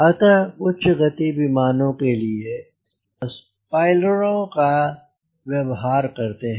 अतः उच्च गति विमान के लिए स्पॉइलरों व्यवहार करते हैं